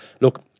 look